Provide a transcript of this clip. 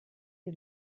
die